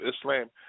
Islam